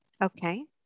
Okay